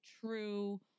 true